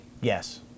yes